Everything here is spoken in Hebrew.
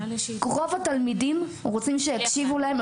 רוב התלמידים רוצים שיקשיבו להם,